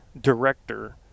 director